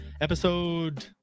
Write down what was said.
episode